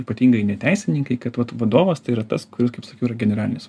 ypatingai ne teisininkai kad vat vadovas tai yra tas kuris kaip sakiau yra generalinis